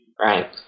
Right